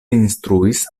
instruis